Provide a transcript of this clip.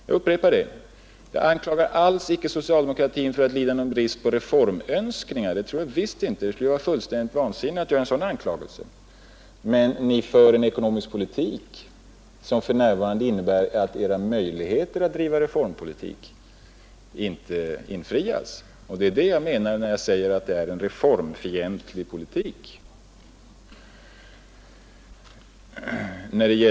Jag upprepar detta: Jag anklagar alls icke socialdemokratin för att lida någon brist på reformönskningar — det vore fullständigt vansinnigt att uttala en sådan anklagelse — men ni driver för närvarande en ekonomisk politik som innebär att era möjligheter att genomföra reformer försvåras. Det är det jag menar, när jag säger att ni driver en reformfientlig politik.